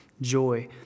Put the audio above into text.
Joy